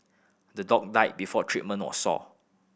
the dog died before treatment was sought